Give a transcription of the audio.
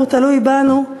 והוא תלוי בנו.